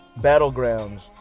Battlegrounds